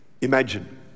imagine